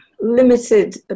limited